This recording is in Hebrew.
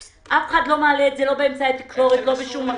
אף אחד לא מעלה את זה באמצעי התקשורת ולא בשום מקום.